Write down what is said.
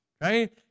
right